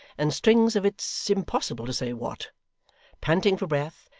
and strings of it's impossible to say what panting for breath,